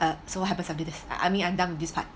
uh so what happens after this I mean I'm done with this part